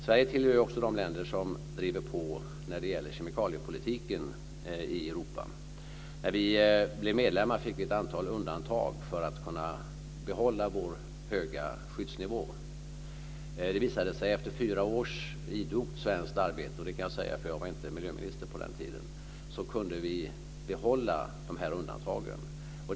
Sverige hör också till de länder som driver på när det gäller kemikaliepolitiken i Europa. När vi blev medlemmar fick vi ett antal undantag för att kunna behålla vår höga skyddsnivå. Det visade sig efter fyra års idogt svenskt arbete - och det kan jag säga, eftersom jag inte var miljöministern på den tiden - att vi kunde behålla dessa undantag.